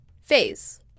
phase